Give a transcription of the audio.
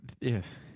yes